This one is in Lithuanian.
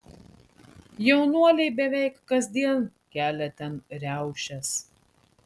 jaunuoliai beveik kasdien kelia ten riaušes